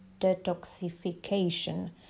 detoxification